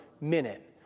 minute